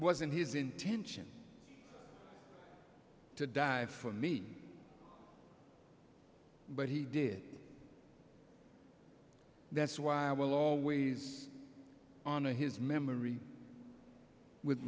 wasn't his intention to die for me but he did that's why i will always honor his memory with